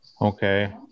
Okay